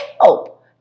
help